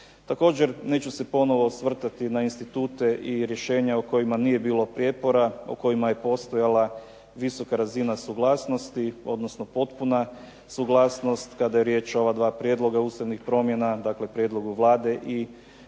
Također, neću se ponovo osvrtati na institute i rješenja o kojima nije bilo prijepora, o kojima je postojala visoka razina suglasnosti, odnosno potpuna suglasnost. Kada je riječ o ova dva prijedloga ustavnih promjena, dakle prijedlogu Vlade i